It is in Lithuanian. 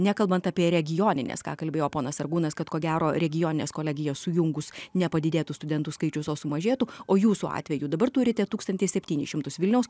nekalbant apie regionines ką kalbėjo ponas sargūnas kad ko gero regionines kolegijas sujungus nepadidėtų studentų skaičius o sumažėtų o jūsų atveju dabar turite tūkstantį septynis šimtus vilniaus